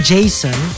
Jason